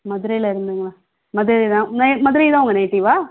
மதுரையிலேருந்துங்களா மதுரை தான் ம மதுரை தான் உங்கள் நேட்டிவ்வா